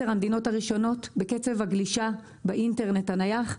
המדינות הראשונות בקצב הגלישה באינטרנט הנייח.